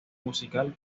musical